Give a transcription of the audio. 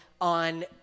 on